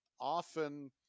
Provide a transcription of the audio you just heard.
often